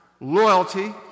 loyalty